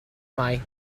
mai